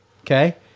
okay